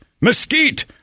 mesquite